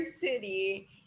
City